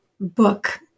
book